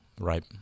Right